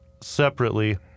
separately